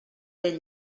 del